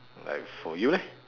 like for you leh